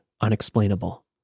unexplainable